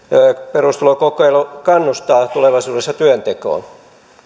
perustulokokeilu myöskin kannustaa tulevaisuudessa työntekoon